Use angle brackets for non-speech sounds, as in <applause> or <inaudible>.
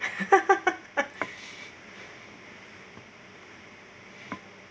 <laughs>